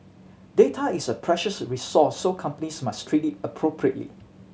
data is a precious resource so companies must treat it appropriately